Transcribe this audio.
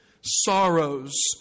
sorrows